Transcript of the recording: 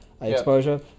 exposure